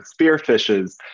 spearfishes